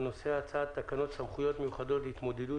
25 בינואר 2021. על סדר-היום: הצעת תקנות סמכויות מיוחדות להתמודדות